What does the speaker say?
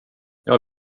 jag